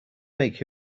make